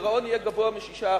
הגירעון יהיה גבוה מ-6%,